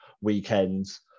weekends